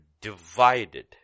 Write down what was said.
divided